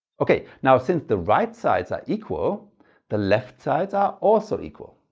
ok, now since the right sides are equal the left sides are also equal